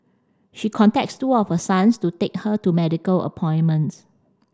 she contacts two of her sons to take her to medical appointments